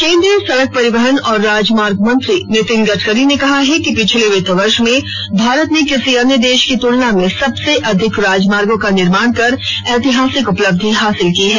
केन्द्रीय सड़क परिवहन और राजमार्ग मंत्री नितिन गडकरी ने कहा है कि पिछले वित्तं वर्ष में भारत ने किसी अन्य देश की तुलना में सबसे अधिक राजमार्गो का निर्माण कर ऐतिहासिक उपलब्धि हासिल की है